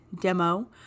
demo